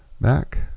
back